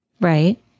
Right